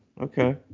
okay